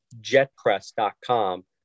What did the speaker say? JetPress.com